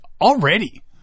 already